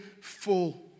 full